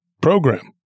program